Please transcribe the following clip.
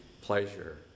pleasure